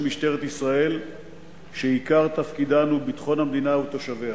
משטרת ישראל שעיקר תפקידן הוא ביטחון המדינה ותושביה.